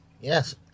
Yes